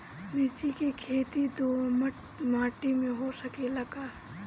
मिर्चा के खेती दोमट माटी में हो सकेला का?